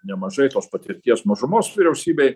nemažai tos patirties mažumos vyriausybėj